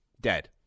dead